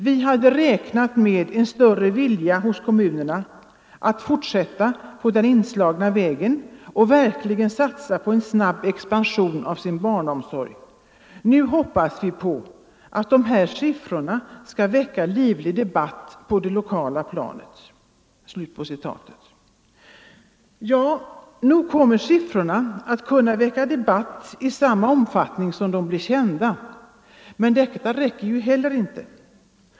Vi hade räknat med en större vilja hos kommunerna att fortsätta på den inslagna vägen och verkligen satsa på en snabb expansion av sin barnomsorg. Nu hoppas vi på att de här siffrorna skall väcka livlig debatt på det lokala planet.” Ja, nog kommer siffrorna att kunna väcka debatt i den omfattning som de blir kända, men detta räcker ju heller inte.